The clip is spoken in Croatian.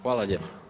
Hvala lijepa.